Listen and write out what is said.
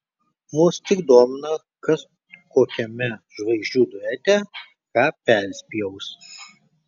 mus tik domina kas kokiame žvaigždžių duete ką perspjaus